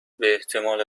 باحتمال